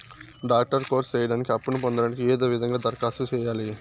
Doctor course సేయడానికి అప్పును పొందడానికి ఏ విధంగా దరఖాస్తు సేయాలి?